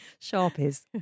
Sharpies